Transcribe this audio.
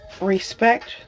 respect